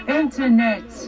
internet